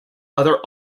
other